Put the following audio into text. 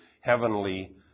heavenly